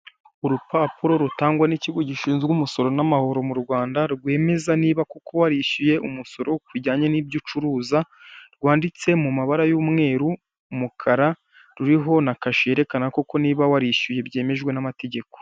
Inzu yubatse mumugi wa Kigali mukarere ka kicukiro umurenge wa kanombe.N inzu zubatse neza inyinshi zifite amabati atukura zikaba zisize n'amarangi y'umweru hirya yaho hagiye hari ibiti bigiye birimo ndetse zigiye zifite n'ibipangu zimwe muri zo.